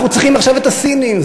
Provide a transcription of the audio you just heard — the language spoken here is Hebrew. אנחנו צריכים עכשיו את הסינים,